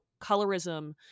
colorism